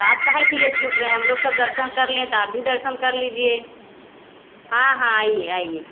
आप काहे के लिए छूट रहे हैं हम लोग सब दर्शन कर लें त आप भी दर्शन कर लीजिए हाँ हाँ आइए आइए